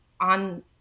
on